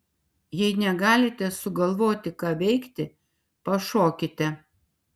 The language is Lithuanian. jei negalite sugalvoti ką veikti pašokite